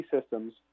systems